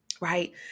right